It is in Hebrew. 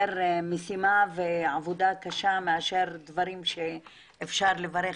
משימה ועבודה קשה מאשר דברים שאפשר לברך.